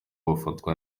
bafatwa